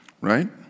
Right